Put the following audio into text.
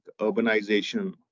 urbanization